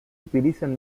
utilizan